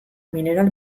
mineral